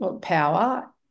power